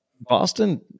Boston